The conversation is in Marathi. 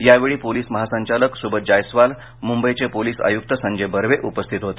यावेळी पोलीस महासंचालक सुबोध जायस्वाल मुंबईचे पोलीस आयुक्त संजय बर्वे उपस्थित होते